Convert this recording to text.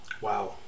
Wow